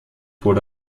wurde